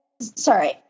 Sorry